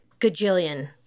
gajillion